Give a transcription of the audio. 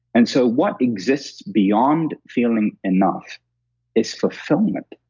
and so, what exists beyond feeling enough is fulfillment.